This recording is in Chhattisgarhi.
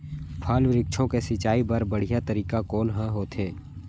फल, वृक्षों के सिंचाई बर बढ़िया तरीका कोन ह होथे?